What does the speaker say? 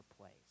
place